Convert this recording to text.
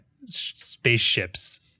spaceships